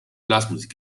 blasmusik